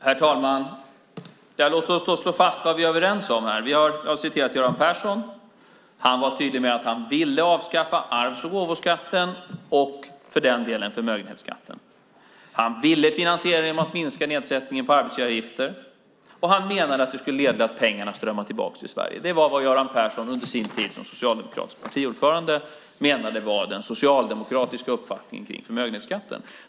Herr talman! Låt oss slå fast vad vi är överens om här. Jag har citerat Göran Persson. Han var tydlig med att han ville avskaffa arvs och gåvoskatten, och för den delen även förmögenhetsskatten. Han ville finansiera det hela genom att minska nedsättningen på arbetsgivaravgifter och menade att det skulle leda till att pengarna strömmade tillbaka till Sverige. Det var vad Göran Persson under sin tid som socialdemokratisk partiordförande menade var den socialdemokratiska uppfattningen om förmögenhetsskatten.